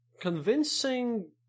convincing